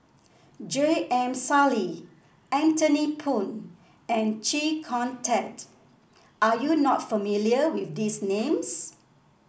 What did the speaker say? J M Sali Anthony Poon and Chee Kong Tet are you not familiar with these names